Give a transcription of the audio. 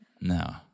No